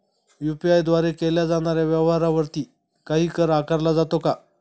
UPI द्वारे केल्या जाणाऱ्या व्यवहारावरती काही कर आकारला जातो का?